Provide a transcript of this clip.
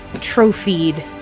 trophied